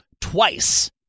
twice